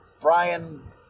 Brian